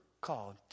called